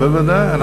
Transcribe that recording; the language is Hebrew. בוודאי.